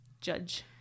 Judge